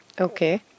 Okay